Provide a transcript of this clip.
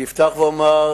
אני אפתח ואומר